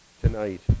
tonight